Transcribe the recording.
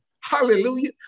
Hallelujah